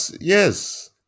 yes